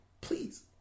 please